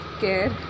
care